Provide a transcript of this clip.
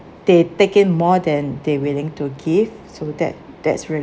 they take in more than they willing to give so that that's really